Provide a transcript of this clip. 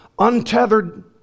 untethered